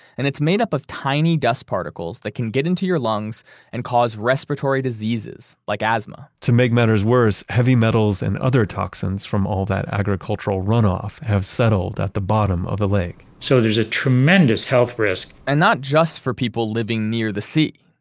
and it's made up of tiny dust particles that can get into your lungs and cause respiratory diseases like asthma to make matters worse, heavy metals and other toxins from all that agricultural runoff, have settled at the bottom of the lake so there's a tremendous health risk and not just for people living near the sea.